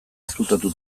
ezkutatu